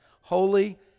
holy